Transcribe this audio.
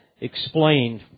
explained